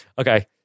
Okay